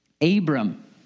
Abram